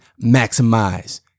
maximize